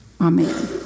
Amen